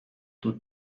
two